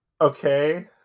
okay